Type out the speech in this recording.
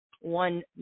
one